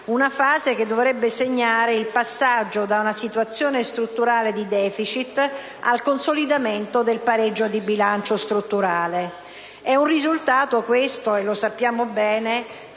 una fase che dovrebbe segnare il passaggio da una situazione strutturale di *deficit* al consolidamento del pareggio di bilancio strutturale. Il risultato del pareggio del